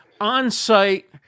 on-site